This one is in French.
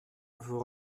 vous